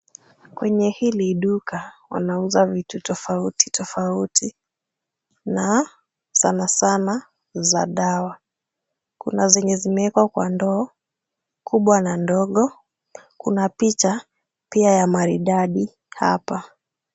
Kwenye hili duka wanauza vitu tofauti tofauti na sanasana za dawa. Kuna zenye zimewekwa kwa ndoo kubwa na ndogo. Kuna picha pia ya maridadi hapa.